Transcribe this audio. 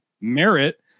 merit